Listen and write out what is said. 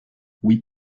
oui